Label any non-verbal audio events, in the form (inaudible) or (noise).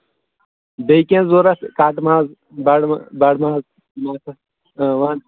بیٚیہِ کیٚنہہ ضوٚرَتھ کَٹہٕ ماز بَڑٕ بَڑٕ ماز (unintelligible) وَن